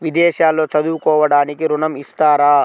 విదేశాల్లో చదువుకోవడానికి ఋణం ఇస్తారా?